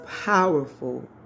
powerful